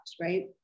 right